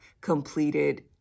completed